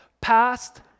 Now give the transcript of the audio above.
past